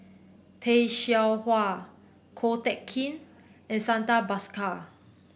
Tay Seow Huah Ko Teck Kin and Santha Bhaskar